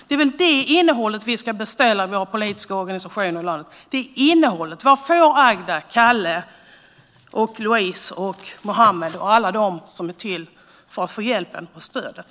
Det är väl det innehållet vi ska beställa i våra politiska organisationer i landet. Vad får Agda, Kalle, Louise, Mohammed och alla de andra som behöver hjälpen och stödet?